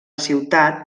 ciutat